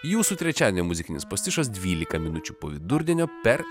jūsų trečiadienio muzikinis pastišas dvylika minučių po vidurdienio per